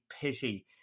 pity